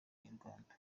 nyarwanda